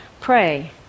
Pray